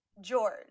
George